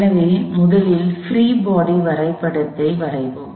எனவே முதலில் free body வரைபடத்தை வரைவோம்